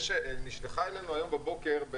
נשלחה אלינו היום בבוקר,